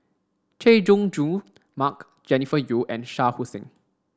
Chay Jung Jun Mark Jennifer Yeo and Shah Hussain